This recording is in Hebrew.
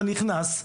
אתה נכנס,